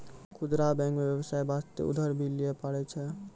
खुदरा बैंक मे बेबसाय बास्ते उधर भी लै पारै छै